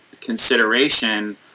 consideration